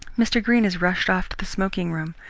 mr. greene has rushed off to the smoking room.